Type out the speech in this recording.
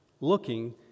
looking